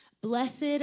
Blessed